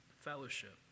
fellowship